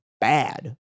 bad